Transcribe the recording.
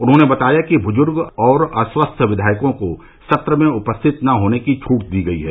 उन्होंने बताया कि ब्जूर्ग और अस्वस्थ विधायकों को सत्र में उपस्थित न होने की छूट दी गई है